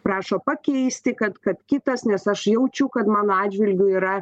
prašo pakeisti kad kad kitas nes aš jaučiu kad mano atžvilgiu yra